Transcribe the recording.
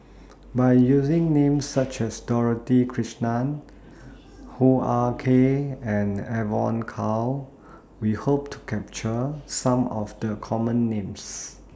By using Names such as Dorothy Krishnan Hoo Ah Kay and Evon Kow We Hope to capture Some of The Common Names